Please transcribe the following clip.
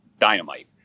dynamite